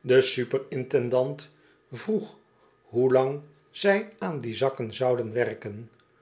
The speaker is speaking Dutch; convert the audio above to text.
de super intendant vroeg hoelang zij aan die zakken zouden werken